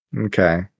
Okay